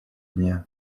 дня